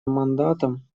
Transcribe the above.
мандатом